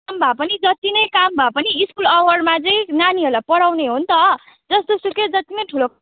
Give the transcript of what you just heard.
भए पनि जति नै काम भए पनि स्कुल आवरमा चाहिँ नानीहरूलाई पढाउने हो नि त जस्तोसुकै जति नै ठुलो